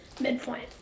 midpoint